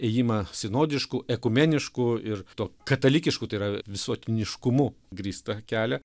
ėjimą sinodišku ekumenišku ir tuo katalikišku tai yra visuotiniškumu grįstą kelią